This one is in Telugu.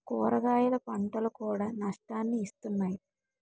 కూరగాయల పంటలు కూడా నష్టాన్ని ఇస్తున్నాయి